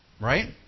Right